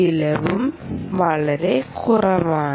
ചിലവും വളരെ കുറവാണ്